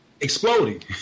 exploding